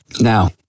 Now